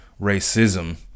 racism